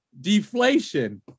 deflation